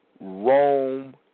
Rome